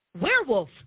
werewolf